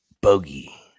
Bogey